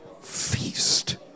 feast